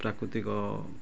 ପ୍ରାକୃତିକ